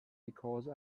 because